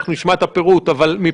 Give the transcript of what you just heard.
אנחנו נשמע את הפירוט אבל מבחינתכם,